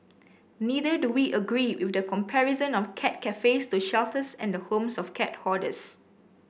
neither do we agree with the comparison of cat cafes to shelters and the homes of cat hoarders